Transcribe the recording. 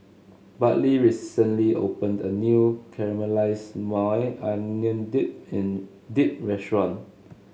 Bartley recently opened a new Caramelized Maui Onion Dip and Dip restaurant